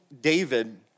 David